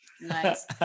Nice